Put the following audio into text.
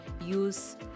use